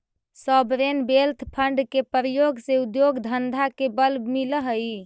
sovereign wealth fund के प्रयोग से उद्योग धंधा के बल मिलऽ हई